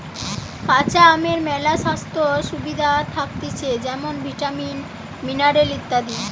কাঁচা আমের মেলা স্বাস্থ্য সুবিধা থাকতিছে যেমন ভিটামিন, মিনারেল ইত্যাদি